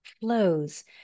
flows